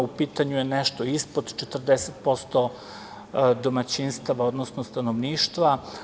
U pitanju je nešto ispod 40% domaćinstava, odnosno stanovništva.